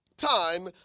Time